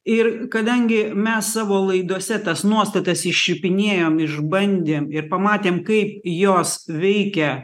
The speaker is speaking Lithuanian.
ir kadangi mes savo laidose tas nuostatas iščiupinėjom išbandėm ir pamatėm kaip jos veikia